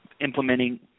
implementing –